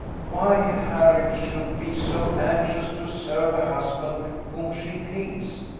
why harriot should be so anxious to serve a husband whom she hates,